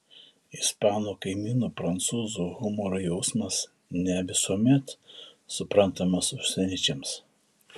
ispanų kaimynų prancūzų humoro jausmas ne visuomet suprantamas užsieniečiams